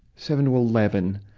seven to eleven,